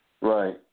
right